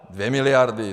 Dvě miliardy!